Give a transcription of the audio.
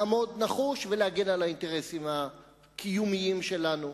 לעמוד נחוש ולהגן על האינטרסים הקיומיים שלנו.